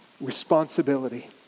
responsibility